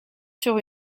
sur